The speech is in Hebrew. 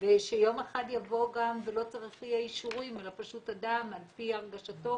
ושיום אחד יבואו גם ולא צריך יהיה אישורים אלא פשוט אדם על פי הרגשתו